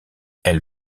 elle